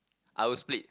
I'll split